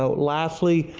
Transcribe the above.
so lastly,